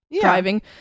driving